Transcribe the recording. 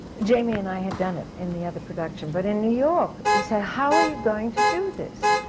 jamie and i had done it in the other production. but in new york, we said. how are you going to do this?